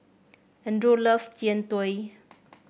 Andrew loves Jian Dui